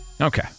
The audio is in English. Okay